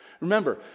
Remember